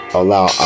allow